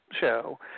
show